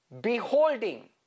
beholding